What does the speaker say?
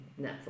Netflix